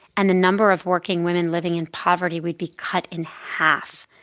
and the number of working women living in poverty would be cut in half.